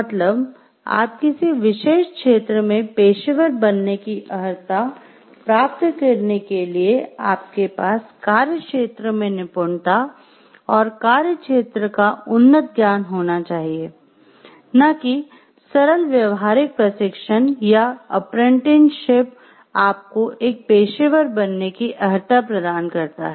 मतलब आप किसी विशेष क्षेत्र में पेशेवर बनने की अर्हता प्राप्त करने के लिए आपके पास कार्यक्षेत्र में निपुणता और कार्यक्षेत्र का उन्नत ज्ञान होना चाहिए न कि सरल व्यावहारिक प्रशिक्षण या अप्रेंटिसशिप आपको एक पेशेवर बनने की अर्हता प्रदान करता है